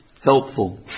helpful